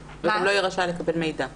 הוא גם לא יהיה רשאי לקבל מידע.